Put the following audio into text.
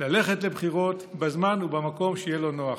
ללכת לבחירות בזמן ובמקום שיהיה לו נוח.